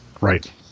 right